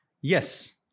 Yes